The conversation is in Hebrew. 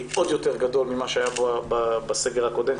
עוד יותר גדול ממה שהיה בסגר הקודם,